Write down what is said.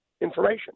information